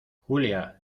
julia